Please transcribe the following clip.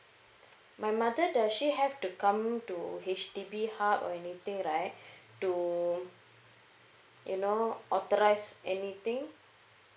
my mother does she have to come to H_D_B hub or anything right to you know authorize anything